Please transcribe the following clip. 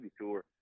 Tour